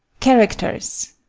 characters